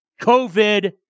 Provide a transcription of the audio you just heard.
COVID